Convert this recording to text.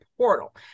portal